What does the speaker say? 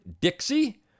Dixie